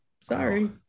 Sorry